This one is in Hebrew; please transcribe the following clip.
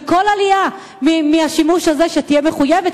וכל עלייה מהשימוש הזה שתהיה מחויבת,